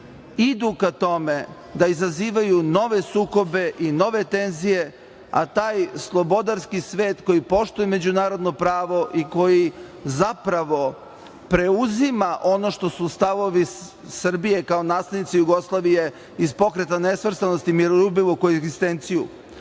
idu ka tome da izazivaju nove sukobe i nove tenzije, a taj slobodarski svet koji poštuje međunarodno pravo i koji zapravo preuzima ono što su stavovi Srbije kao naslednice Jugoslavije iz Pokreta nesvrstanosti miroljubivu koegzistenciju